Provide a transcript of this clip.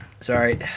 Sorry